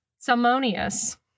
Salmonius